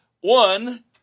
one